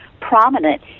prominent